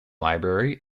library